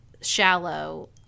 shallow